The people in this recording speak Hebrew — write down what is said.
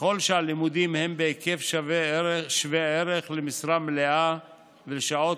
ככל שהלימודים הם בהיקף שווה ערך למשרה מלאה ולשעות